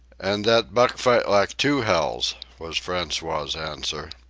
an' dat buck fight lak two hells, was francois's answer.